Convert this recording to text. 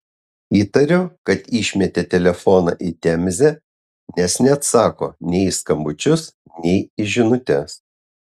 įtariu kad išmetė telefoną į temzę nes neatsako nei į skambučius nei į žinutes